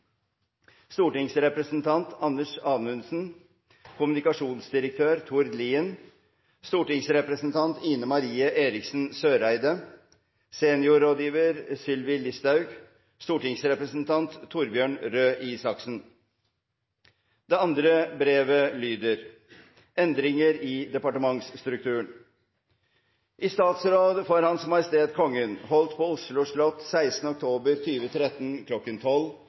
Stortingsrepresentant Anders Anundsen Kommunikasjonsdirektør Tord Lien Stortingsrepresentant Ine Marie Eriksen Søreide Seniorrådgiver Sylvi Listhaug Stortingsrepresentant Torbjørn Røe Isaksen» Det andre brevet lyder: «Endringer i departementsstrukturen I statsråd for Hans Majestet Kongen holdt på Oslo slott 16. oktober